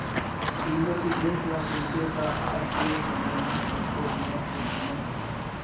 बीमा के गोठ ल कइबे त आज के समे म कतको जिनिस के बीमा होथे